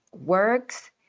works